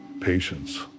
Patience